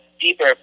deeper